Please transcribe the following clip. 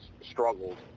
struggled